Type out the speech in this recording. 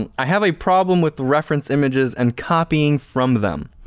and i have a problem with reference images and copying from them.